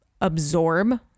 absorb